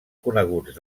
coneguts